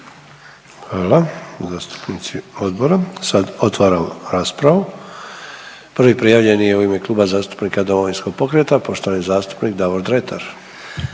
Hvala zastupnici odbora. Sad otvaram raspravu. Prvi prijavljeni je u ime Kluba zastupnika Domovinskog pokreta poštovani zastupnik Davor Dretar.